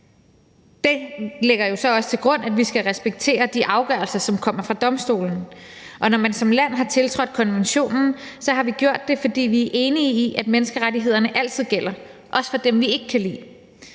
Det ligger jo så også til grund for, at vi skal respektere de afgørelser, som kommer fra domstolen. Og når man som land har tiltrådt konventionen, har vi gjort det, fordi vi er enige i, at menneskerettighederne altid gælder, også for dem, vi ikke kan lide.